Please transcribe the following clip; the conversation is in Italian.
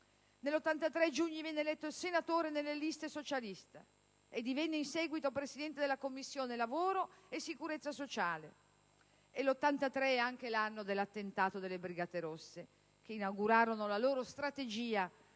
Nel 1983 Giugni venne eletto senatore nelle liste socialiste e divenne, in seguito, presidente della Commissione lavoro, previdenza sociale. Il 1983 è anche l'anno dell'attentato delle Brigate rosse, che inaugurarono la loro strategia